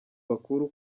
bakuru